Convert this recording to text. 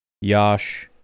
Yash